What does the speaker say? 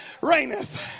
reigneth